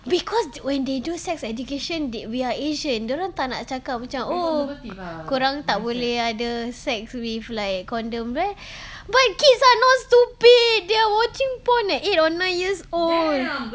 because t~ when they do sex education the~ we are asian dorang tak nak cakap oh korang tak boleh ada sex with like condom but kids are not stupid they're watching porn eh eight or nine years old